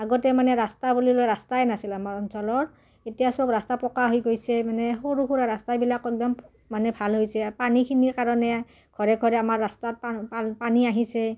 আগতে মানে ৰাস্তা বুলিবলৈ ৰাস্তাই নাছিল আমাৰ অঞ্চলৰ এতিয়া চব ৰাস্তা পকা হৈ গৈছে মানে সৰু সুৰা ৰাস্তাবিলাক একদম মানে ভাল হৈছে পানীখিনিৰ কাৰণে ঘৰে ঘৰে আমাৰ ৰাস্তাত পা পানী আহিছে